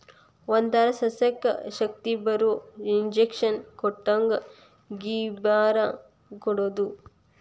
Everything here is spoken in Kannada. ಒಂತರಾ ಸಸ್ಯಕ್ಕ ಶಕ್ತಿಬರು ಇಂಜೆಕ್ಷನ್ ಕೊಟ್ಟಂಗ ಗಿಬ್ಬರಾ ಕೊಡುದು